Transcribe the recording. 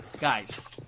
Guys